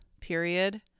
period